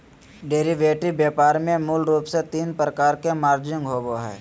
derivative व्यापार में मूल रूप से तीन प्रकार के मार्जिन होबो हइ